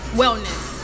wellness